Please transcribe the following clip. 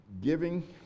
giving